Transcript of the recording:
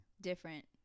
Different